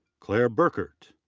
clare burkert.